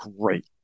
great